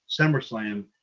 SummerSlam